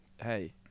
hey